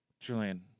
Julian